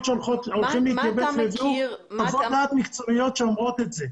שהולכים להתייבש ויש חוות דעת מקצועיות שאומרות את זה.